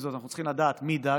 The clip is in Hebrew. עם זאת, אנחנו צריכים לדעת מי דג,